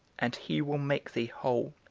and he will make thee whole.